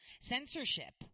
Censorship